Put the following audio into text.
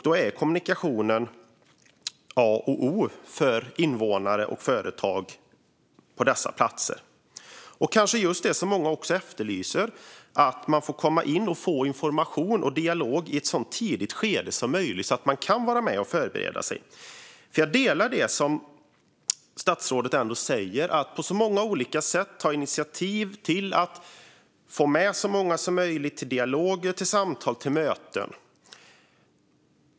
Då är kommunikationen A och O för invånare och företag på dessa platser. Kanske efterlyser många just detta att få komma in, få information och ha en dialog i ett så tidigt skede som möjligt så att man kan vara med och förbereda sig. Jag håller med om det som statsrådet säger om att ta initiativ på många olika sätt för att få med så många som möjligt i dialog, samtal och möten.